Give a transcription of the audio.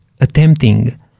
attempting